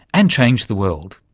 and change the world.